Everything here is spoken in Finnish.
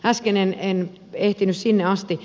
äsken en ehtinyt sinne asti